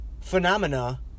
phenomena